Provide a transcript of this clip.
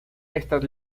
estas